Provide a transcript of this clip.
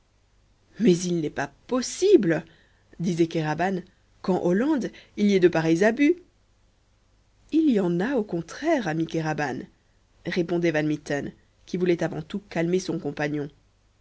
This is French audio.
mais il n'est pas possible disait kéraban qu'en hollande il y ait de pareils abus il y en a au contraire ami kéraban répondait van mitten qui voulait avant tout calmer son compagnon